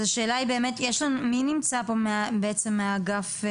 אז השאלה באמת, מי נמצא פה בעצם מהאגף,